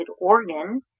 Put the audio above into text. organ